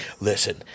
listen